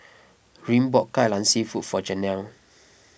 Ryne bought Kai Lan Seafood for Janelle